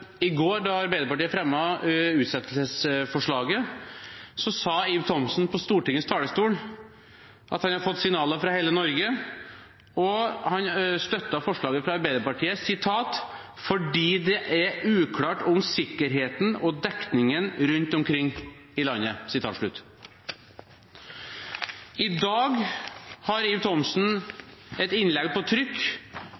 I debatten som oppsto i går, da Arbeiderpartiet fremmet utsettelsesforslaget, sa Ib Thomsen fra Stortingets talerstol at han hadde fått signaler fra hele Norge, og han støttet forslaget fra Arbeiderpartiet «fordi det nettopp er uklart om sikkerheten og dekningen rundt omkring i landet.» Ib Thomsen har et innlegg på trykk i en lokalavis, som har